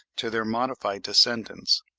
to their modified descendants.